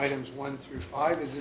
items one through five is